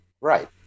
Right